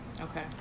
Okay